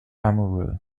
amoureux